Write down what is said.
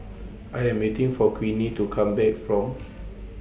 I Am waiting For Queenie to Come Back from